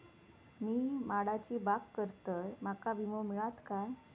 मी माडाची बाग करतंय माका विमो मिळात काय?